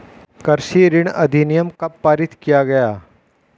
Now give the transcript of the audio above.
कृषि ऋण अधिनियम कब पारित किया गया?